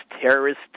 terrorist